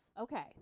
Okay